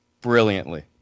brilliantly